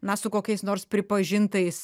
na su kokiais nors pripažintais